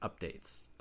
updates